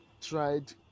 tried